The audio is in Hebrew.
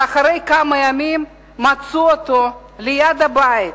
ואחרי כמה ימים מצאו אותו ליד הבית,